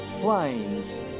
planes